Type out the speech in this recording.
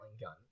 gun